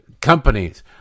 Companies